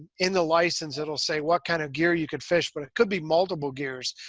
in the license it'll say what kind of gear you could fish. but it could be multiple gears.